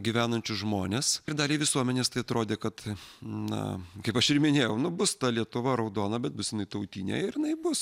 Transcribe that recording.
gyvenančius žmones ir daliai visuomenės tai atrodė kad na kaip aš ir minėjau nu bus ta lietuva raudona bet bus jinai tautinė ir jinai bus